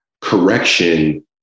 correction